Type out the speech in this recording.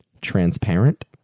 Transparent